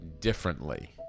differently